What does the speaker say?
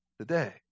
today